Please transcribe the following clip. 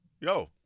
Yo